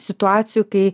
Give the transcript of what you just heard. situacijų kai